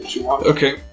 Okay